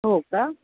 हो का